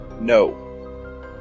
No